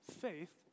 faith